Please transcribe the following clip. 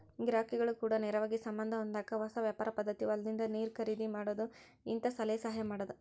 ಗಿರಾಕಿಗಳ ಕೂಡ ನೇರವಾಗಿ ಸಂಬಂದ ಹೊಂದಾಕ ಹೊಸ ವ್ಯಾಪಾರ ಪದ್ದತಿ ಹೊಲದಿಂದ ನೇರ ಖರೇದಿ ಮಾಡುದು ಹಿಂತಾ ಸಲಹೆ ಸಹಾಯ ಮಾಡುದು